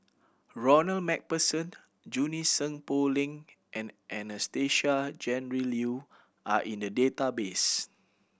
Ronald Macpherson Junie Sng Poh Leng and Anastasia Tjendri Liew are in the database